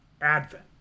Advent